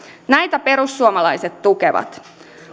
näitä perussuomalaiset tukevat